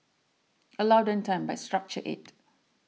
allow them time but structure it